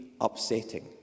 upsetting